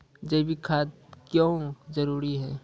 जैविक खाद क्यो जरूरी हैं?